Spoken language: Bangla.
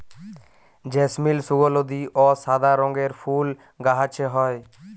জেসমিল সুগলধি অ সাদা রঙের ফুল গাহাছে হয়